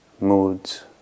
moods